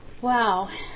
Wow